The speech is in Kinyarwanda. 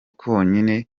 konyine